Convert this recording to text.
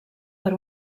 per